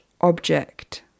object